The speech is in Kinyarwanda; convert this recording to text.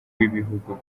w’ibihugu